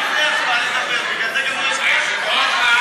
ההצבעה לדבר, בגלל זה גם לא הצבעתי.